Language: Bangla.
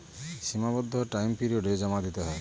সীমাবদ্ধ টাইম পিরিয়ডে জমা দিতে হয়